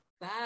Bye